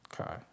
Okay